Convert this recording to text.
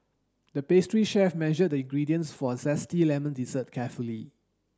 the pastry chef measured the ingredients for a zesty lemon dessert carefully